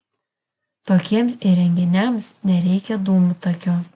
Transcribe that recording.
tokiems įrenginiams nereikia dūmtakio